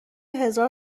هزار